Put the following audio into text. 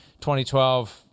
2012